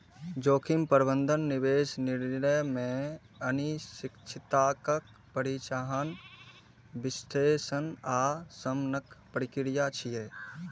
जोखिम प्रबंधन निवेश निर्णय मे अनिश्चितताक पहिचान, विश्लेषण आ शमनक प्रक्रिया छियै